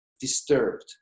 disturbed